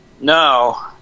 No